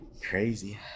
Crazy